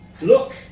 Look